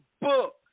book